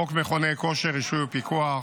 חוק מכוני כושר (רישוי ופיקוח),